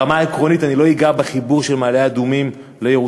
ברמה העקרונית אני לא אגע בחיבור של מעלה-אדומים לירושלים.